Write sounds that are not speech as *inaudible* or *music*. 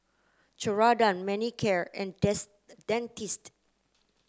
Ceradan Manicare and *unintelligible* Dentiste